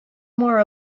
more